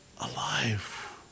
alive